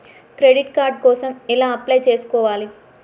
Credit card కోసం ఎలా apply చేసుకోవాలి?